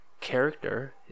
character